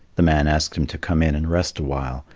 the man asked him to come in and rest a while,